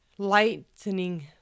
lightening